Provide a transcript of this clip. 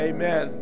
Amen